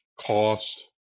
cost